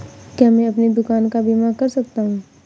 क्या मैं अपनी दुकान का बीमा कर सकता हूँ?